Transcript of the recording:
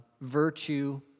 virtue